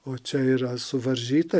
o čia yra suvaržyta